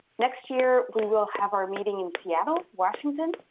next year we will have our meeting in seattle, washington.